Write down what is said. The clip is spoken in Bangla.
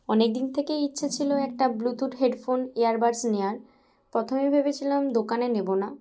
অনেক দিন থেকে ইচ্ছে ছিল একটা ব্লুটুথ হেডফোন এয়ারবাডস নেওয়ার প্রথমে ভেবেছিলাম দোকানে নেবো না